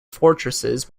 fortresses